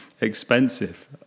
expensive